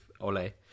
Ole